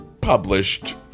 published